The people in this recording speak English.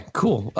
cool